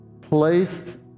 placed